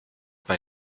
bei